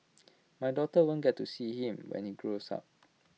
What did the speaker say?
my daughter won't get to see him when she grows up